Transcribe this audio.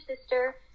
sister